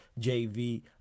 JV